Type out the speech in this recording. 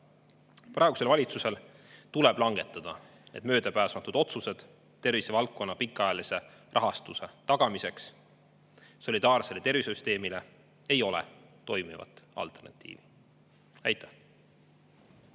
Praegusel valitsusel tuleb langetada möödapääsmatud otsused tervisevaldkonna pikaajalise rahastuse tagamiseks. Solidaarsele tervishoiusüsteemile ei ole toimivat alternatiivi. Aitäh!